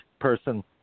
person